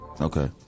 Okay